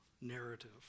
narrative